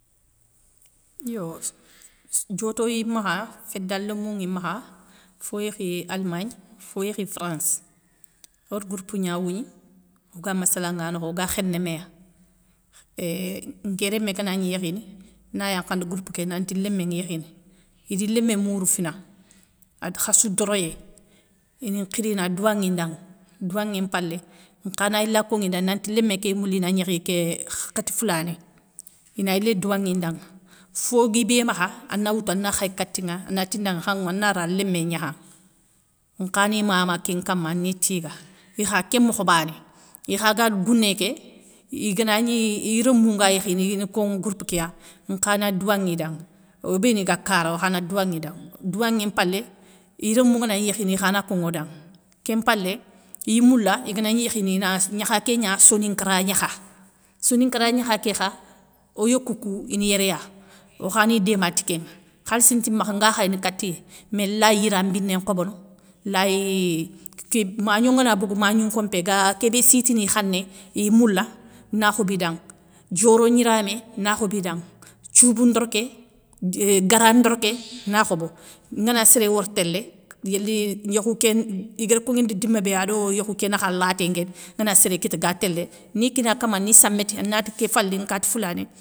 Yo dioto yi makha, féda lémou nŋi makha, fo yékhi almagne, fo yékhi france. Or groupe gna wougni, oga massalanŋa nokho, oga khéné méya, euuhh nké rémé gani yékhini na yankhandi groupe ké nanti lémé nŋa yékhini, idi lémé mourou fina, ad khassou doroyé, ini nkhiri ina douwanŋi ndaŋa, douwanŋé mpalé nkhana yila koni danŋa nanti lémé kéy mouli ina gnékhi ké hakhati foulané, ina yilé douwanŋi ndanŋa, fo gui bé makha ana woutou ana khay katinŋa anati ndanŋa khanŋwou ana ra lémé gnakha, nkhani mama kén nkama ni tiga. Ikha kén mokho bané, ikha ga gouné ké iganagni i romou nga yékhini ini konŋwo groupe kéya nkha na douwanŋi danŋa, obéni ga kara okhana douwanŋi danŋa. Douwanŋé mpalé iromou nganagni yékhini ikhana konŋwou odanŋa. Kén mpalé iy moula iganagni yékhini ina gnakha kégna soninkara gnakha. Soninkara gnakha kékha oyokoukou ine yéré ya, okhani déma ti kénŋa, khalissi nti makha nga khayni katiya, mais lay yiran mbiné nkhobono, lay magno ngana bogou magnoun nkompé ga kébé sitini i khané, iy moula, na khobidanŋa. Dioro gniramé, na khobi danŋa, thioubou ndoloké euuh gara ndoloké na khobo, ngana séré wori télé yéli yokhou kén igar konŋi nda dima bé ado yokhou ké nakha laté nguéni ngana séré kita ga télé nikina kama ni sambéti nati ké falinŋa kati foulané.